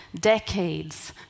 decades